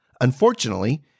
Unfortunately